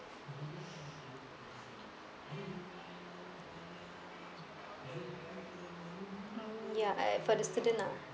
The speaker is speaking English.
mm ya I for the student lah